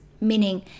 Meaning